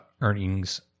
earnings